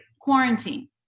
quarantine